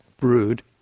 brood